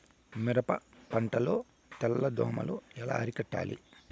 మిరప పంట లో తెల్ల దోమలు ఎలా అరికట్టాలి?